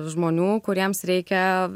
žmonių kuriems reikia